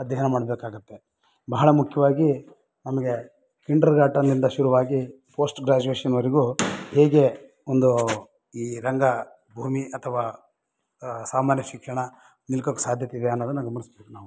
ಅಧ್ಯಯನ ಮಾಡಬೇಕಾಗತ್ತೆ ಬಹಳ ಮುಖ್ಯವಾಗಿ ನಮಗೆ ಕಿಂಡ್ರ್ಗಾರ್ಟನಿಂದ ಶುರುವಾಗಿ ಪೋಸ್ಟ್ ಗ್ರಾಜುವೇಷನ್ವರೆಗೂ ಹೇಗೆ ಒಂದು ಈ ರಂಗಭೂಮಿ ಅಥವಾ ಸಾಮಾನ್ಯ ಶಿಕ್ಷಣ ನಿಲ್ಕೋಕ್ಕೆ ಸಾಧ್ಯತೆಯಿದೆ ಅನ್ನೋದನ್ನು ಗಮನಿಸ್ಬೇಕು ನಾವು